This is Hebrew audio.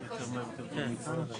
אוכל להקריא את הנוסח שהצענו לוועדה.